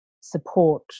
support